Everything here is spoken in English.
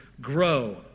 grow